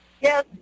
Yes